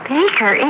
Baker